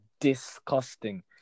disgusting